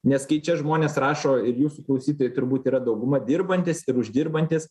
nes kai čia žmonės rašo ir jūsų klausytojai turbūt yra dauguma dirbantys ir uždirbantys